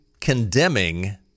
condemning